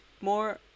More